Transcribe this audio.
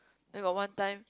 then got one time